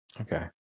okay